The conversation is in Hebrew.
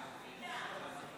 תוצאות